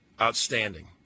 outstanding